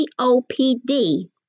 COPD